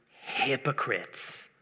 hypocrites